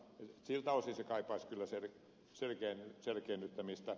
siltä osin se kaipaisi kyllä selkiinnyttämistä